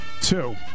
two